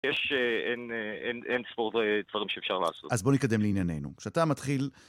יש.. אין ספור לדברים שאפשר לעשות. אז בוא נתקדם לעניינינו, כשאתה מתחיל...